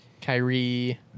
Kyrie